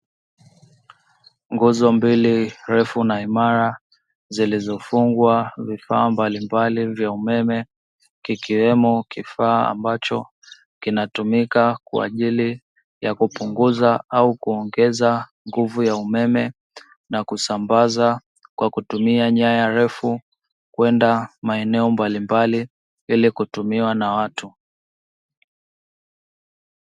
Nguzo mbili, refu na imara, zilizo fungwa vifaa mbalimbali vya umeme, kikiwemo kifaa ambacho kinachotumika kwa ajili ya kupunguza au kuongeza nguvu ya umeme na kusambaza kwa kutumia nyaya refu kwenda maeneo mbalimbali hili kutumiwa na watu.